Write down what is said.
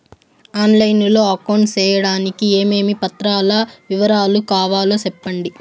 On line లో account సేయడానికి ఏమేమి పత్రాల వివరాలు కావాలో సెప్పండి?